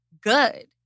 good